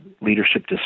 leadership